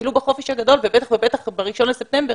אפילו בחופש הגדול ובטח ב-1 בספטמבר